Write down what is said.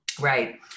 Right